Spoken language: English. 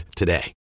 today